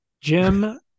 Jim